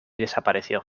desapareció